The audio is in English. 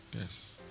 Yes